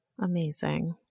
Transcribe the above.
Amazing